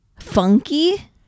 funky